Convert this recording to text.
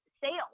sales